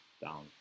down